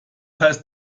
heißt